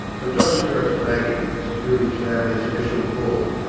but josh perrott's lagging secured his family a special call.